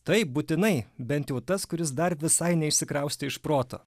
taip būtinai bent jau tas kuris dar visai neišsikraustė iš proto